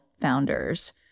founders